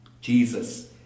Jesus